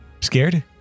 scared